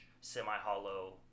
semi-hollow